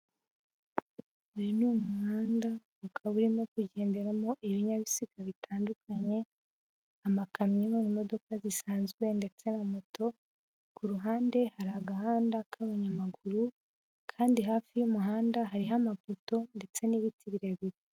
Uyu ni umuhanda ukaba urimo kugenderamo ibinyabiziga bitandukanye, amakamyo, imodoka zisanzwe ndetse na moto. Ku ruhande hari agahanda k'abanyamaguru kandi hafi y'umuhanda hariho amapoto ndetse n'ibiti birebire.